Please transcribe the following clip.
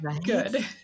Good